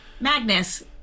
Magnus